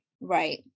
right